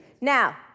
Now